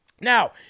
Now